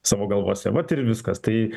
savo galvose vat ir viskas tai